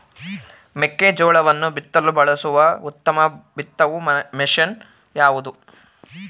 ಮೆಕ್ಕೆಜೋಳವನ್ನು ಬಿತ್ತಲು ಬಳಸುವ ಉತ್ತಮ ಬಿತ್ತುವ ಮಷೇನ್ ಯಾವುದು?